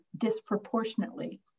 disproportionately